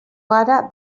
gara